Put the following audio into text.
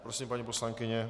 Prosím, paní poslankyně.